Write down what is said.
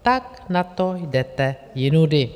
Tak na to jdete jinudy.